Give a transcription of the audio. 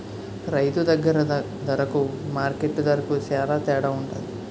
రైతు దగ్గర దరకు మార్కెట్టు దరకు సేల తేడవుంటది